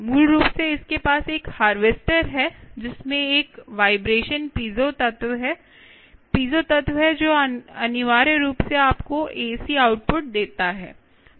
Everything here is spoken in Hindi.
मूल रूप से इसके पास एक हार्वेस्टर है जिसमें एक वाइब्रेशन पीजो तत्व है पीजो तत्व है जो अनिवार्य रूप से आपको एसी आउटपुट देता है